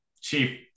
chief